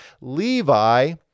Levi